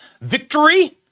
victory